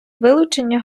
вилучення